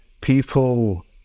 people